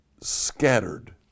scattered